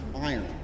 iron